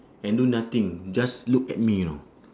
and do nothing just look at me you know